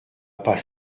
pas